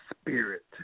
spirit